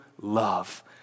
love